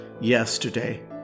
yesterday